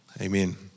Amen